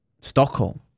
Stockholm